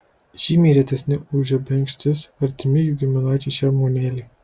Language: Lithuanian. žymiai retesni už žebenkštis artimi jų giminaičiai šermuonėliai